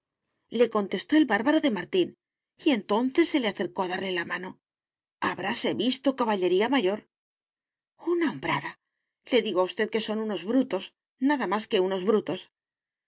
le contestó el bárbaro de martín y entonces se le acercó a darle la mano habráse visto caballería mayor una hombrada le digo a usted que son unos brutos nada más que unos brutos